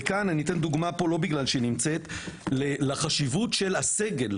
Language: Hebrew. וכאן אתן דוגמה לחשיבות של הסגל,